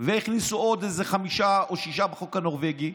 והכניסו עוד איזה חמישה או שישה בחוק הנורבגי,